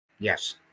Yes